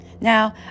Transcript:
Now